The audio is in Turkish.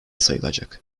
sayılacak